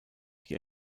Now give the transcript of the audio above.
die